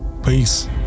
Peace